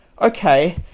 okay